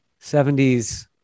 70s